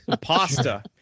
Pasta